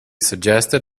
suggested